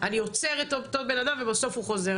אני עוצר את אותו בן אדם ובסוף הוא חוזר.